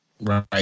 Right